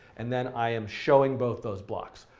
and then i am showing both those blocks.